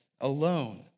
alone